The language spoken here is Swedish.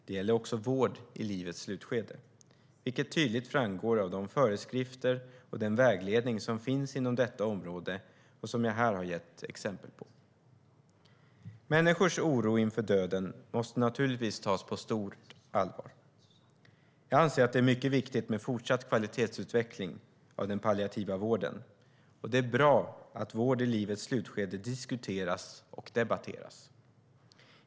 Det gäller också vård i livets slutskede, vilket tydligt framgår av de föreskrifter och den vägledning som finns inom detta område och som jag här har gett exempel på. Människors oro inför döden måste naturligtvis tas på stort allvar. Jag anser att det är mycket viktigt med fortsatt kvalitetsutveckling av den palliativa vården, och det är bra att vård i livets slutskede diskuteras och debatteras.